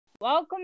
Welcome